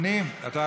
הפנים, כנראה, לא?